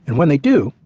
and when they do,